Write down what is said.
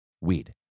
Weed